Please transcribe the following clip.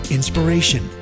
Inspiration